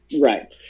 Right